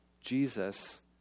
Jesus